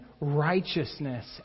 righteousness